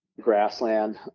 grassland